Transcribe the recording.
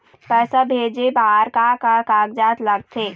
पैसा भेजे बार का का कागजात लगथे?